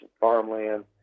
farmland